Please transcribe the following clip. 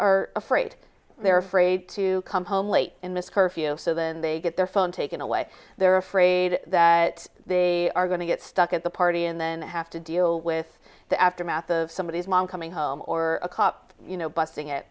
are afraid they're afraid to come home late in this curfew so then they get their phone taken away they're afraid that they are going to get stuck at the party and then have to deal with the aftermath of somebody coming home or a cop you know busting it